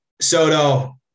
Soto